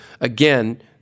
again